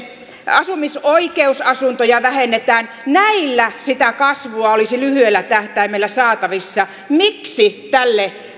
asumisoikeusasuntoja vähennetään näillä sitä kasvua olisi lyhyellä tähtäimellä saatavissa miksi